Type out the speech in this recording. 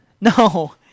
No